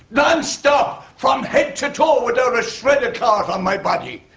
non-stop, from head to toe without a shred of cloth on my body.